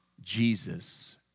Jesus